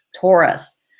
Taurus